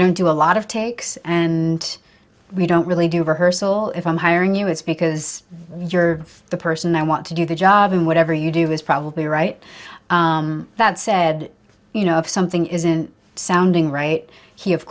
don't do a lot of takes and we don't really do rehearsal if i'm hiring you it's because you're the person i want to do the job and whatever you do is probably right that said you know if something isn't sounding right he of